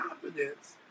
confidence